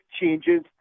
changes